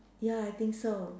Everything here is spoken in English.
ya I think so